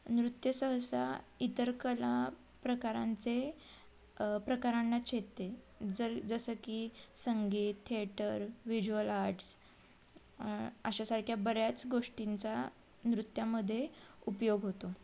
नृत्य सहसा इतर कला प्रकारांचे प्रकारांना छेदते जर जसं की संगीत थेटर विज्युअल आट्स अशा सारख्या बऱ्याच गोष्टींचा नृत्यामध्ये उपयोग होतो